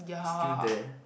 it's still there